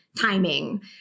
timing